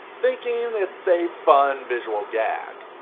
thinking it's a fun visual gag.